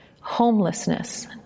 Homelessness